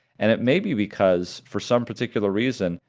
and it may be because, for some particular reason,